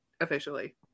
officially